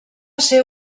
ser